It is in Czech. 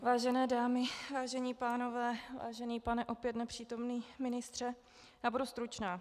Vážené dámy, vážení pánové, vážený pane opět nepřítomný ministře, budu stručná.